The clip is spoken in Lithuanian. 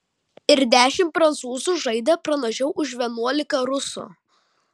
ir dešimt prancūzų žaidė pranašiau už vienuolika rusų